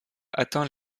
atteint